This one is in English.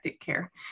care